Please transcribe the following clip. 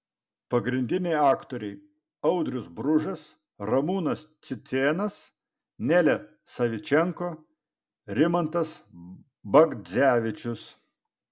pagrindiniai aktoriai audrius bružas ramūnas cicėnas nelė savičenko rimantas bagdzevičius